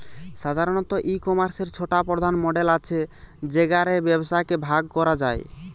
সাধারণত, ই কমার্সের ছটা প্রধান মডেল আছে যেগা রে ব্যবসাকে ভাগ করা যায়